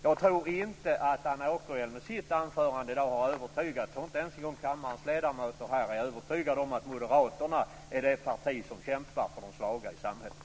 Jag tror inte att Anna Åkerhielm med sitt anförande har övertygat ens en gång kammarens ledamöter om att Moderaterna är det parti som kämpar för de svaga i samhället.